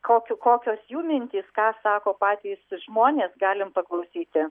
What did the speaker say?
kokių kokios jų mintys ką sako patys žmonės galim paklausyti